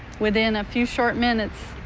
within a few short minutes,